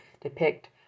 depict